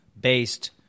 based